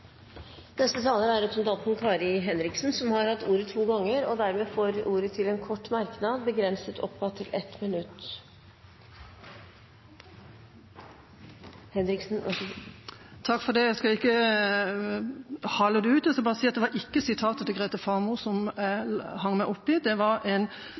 Representanten Kari Henriksen har hatt ordet to ganger og får ordet til en kort merknad, begrenset til 1 minutt. Jeg skal ikke hale det ut. Jeg skal bare si at det var ikke sitatet til Grete Faremo som jeg hengte meg opp i. Representanten Werp nevnte summer på en måte som gjorde at jeg oppfattet at det var